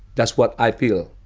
that's what i feel.